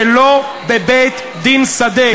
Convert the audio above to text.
ולא בבית-דין שדה,